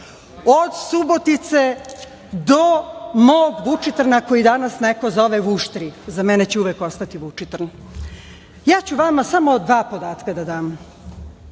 od Subotice do mog Vučitrna, a koji danas neko zove Vuštri, za mene će uvek ostati Vučitrn, ja ću vama smo dva podatka da dam. Od